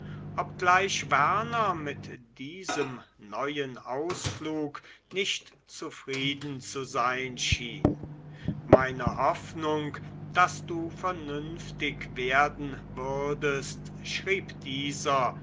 obgleich werner mit diesem neuen ausflug nicht zufrieden zu sein schien meine hoffnung daß du vernünftig werden würdest schrieb dieser